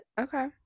Okay